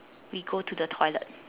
we go to the toilet